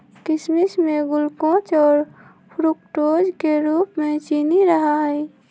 किशमिश में ग्लूकोज और फ्रुक्टोज के रूप में चीनी रहा हई